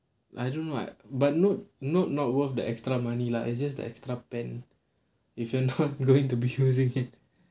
I don't know but Note Note not worth the extra money lah it's just the extra pan if you not going to be using it